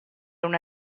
una